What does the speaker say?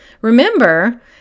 Remember